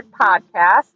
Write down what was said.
Podcast